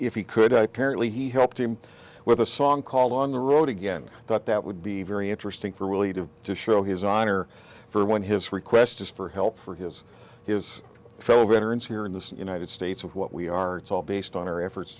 if he could barely he helped him with a song called on the road again that that would be very interesting for really to show his honor for when his requests for help for his his fellow veterans here in the united states of what we are it's all based on our efforts